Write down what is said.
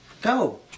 Go